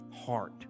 heart